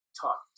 Talk